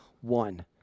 one